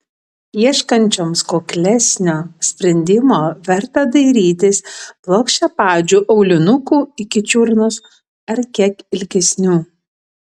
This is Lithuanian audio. ieškančioms kuklesnio sprendimo verta dairytis plokščiapadžių aulinukų iki čiurnos ar kiek ilgesnių